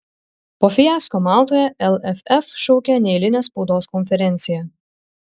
po fiasko maltoje lff šaukia neeilinę spaudos konferenciją